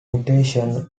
mutations